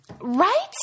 Right